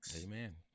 Amen